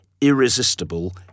irresistible